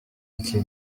iki